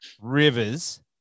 Rivers